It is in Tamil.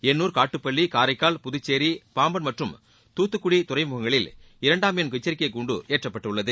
எண்ணூர் காட்டுப்பள்ளி காரைக்கால் புதுச்சேரி பாம்பள் மற்றும் தூத்துக்குடி துறைமுகங்களில் இரண்டாம் எண் எச்சரிக்கைக் கூண்டு ஏற்றப்பட்டுள்ளது